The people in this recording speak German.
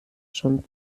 schon